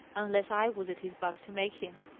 unless i was at his back to make him.